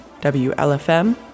WLFM